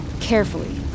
carefully